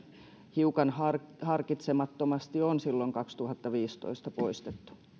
hiukan harkitsemattomasti on silloin kaksituhattaviisitoista poistettu